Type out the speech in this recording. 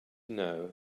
know